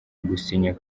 gusinya